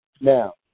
Now